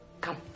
Come